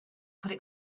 could